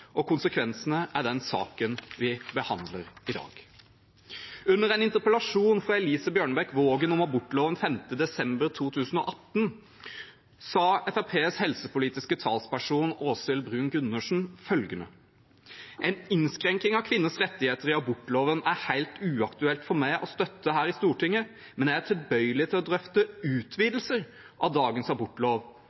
og konsekvensene er den saken vi behandler i dag. Under en interpellasjon fra Elise Bjørnebekk-Waagen om abortloven 5. desember 2018 sa Fremskrittspartiets helsepolitiske talsperson, Åshild Bruun-Gundersen, følgende: «En innskrenkning av kvinners rettigheter i abortloven er helt uaktuelt for meg å støtte her i Stortinget, men jeg er tilbøyelig til å drøfte utvidelser av dagens abortlov.